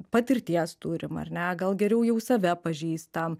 patirties turim ar ne gal geriau jau save pažįstam